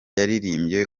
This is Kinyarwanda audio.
yaririmbye